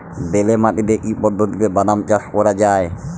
বেলে মাটিতে কি পদ্ধতিতে বাদাম চাষ করা যায়?